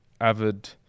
avid